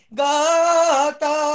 gata